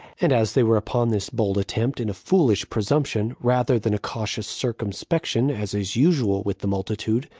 and as they were upon this bold attempt, in a foolish presumption rather than a cautious circumspection, as is usual with the multitude,